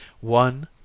one